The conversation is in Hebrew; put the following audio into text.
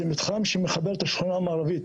זה מתחם שמחבר את השכונה המערבית,